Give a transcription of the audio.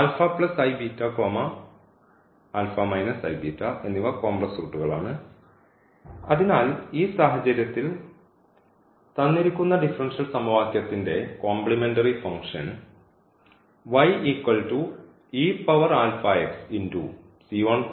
α iβ α iβ അതിനാൽ ഈ സാഹചര്യത്തിൽ തന്നിരിക്കുന്ന ഡിഫറൻഷ്യൽ സമവാക്യത്തിന്റെ കോംപ്ലിമെൻററി ഫംഗ്ഷൻ എന്നാണ്